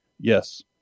Yes